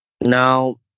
Now